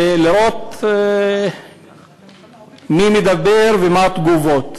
לראות מי מדבר ומה התגובות.